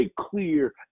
clear